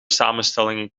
samenstellingen